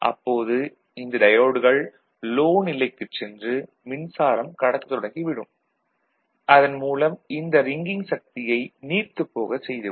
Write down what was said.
அப்போது இந்த டயோடுகள் லோ நிலைக்குச் சென்று மின்சாரம் கடத்தத் தொடங்கி இந்த ரிங்கிங் சக்தியை நீர்த்துப் போகச் செய்து விடும்